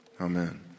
amen